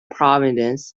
providence